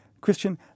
Christian